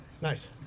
Nice